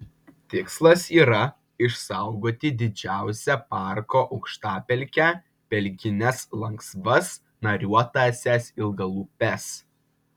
tikslas yra išsaugoti didžiausią parko aukštapelkę pelkines lanksvas nariuotąsias ilgalūpes